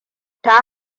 ta